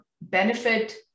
benefit